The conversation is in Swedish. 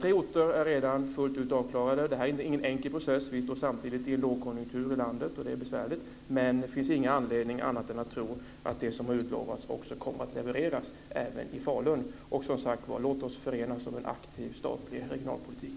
Tre orter är redan fullt avklarade. Detta är ingen enkel process. Vi står samtidigt i en lågkonjunktur i landet, och det är besvärligt. Men det finns ingen anledning att inte tro att det som har utlovats också kommer att levereras i Falun. Och låt oss förenas om en aktiv statlig regionalpolitik.